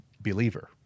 believer